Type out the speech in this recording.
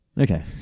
Okay